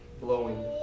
blowing